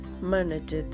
managed